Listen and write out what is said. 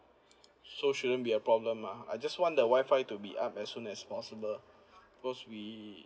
so shouldn't be a problem ah I just want the wi-fi to be up as soon as possible because we